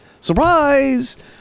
surprise